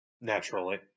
Naturally